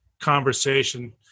conversation